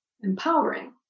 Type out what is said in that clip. empowering